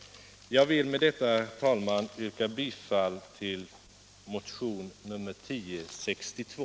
Jag vill med detta, herr talman, yrka bifall till motionen 1062.